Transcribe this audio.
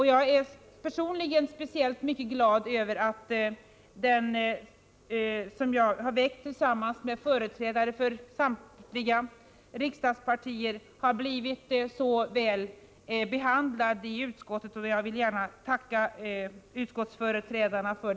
Jag är personligen speciellt glad över att den motion som jag väckt tillsammans med företrädare för samtliga riksdagspartier har blivit så välvilligt behandlad i utskottet. Jag vill gärna tacka utskottets ledamöter härför.